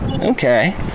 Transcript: Okay